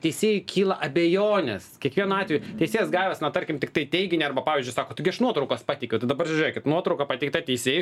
teisėjui kyla abejonės kiekvienu atveju teisėjas gavęs na tarkim tiktai teiginį arba pavyzdžiui sako taigi aš nuotraukas pateikiau tai dabar žiūrėkit nuotrauka pateikta teisėjui